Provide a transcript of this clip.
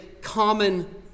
common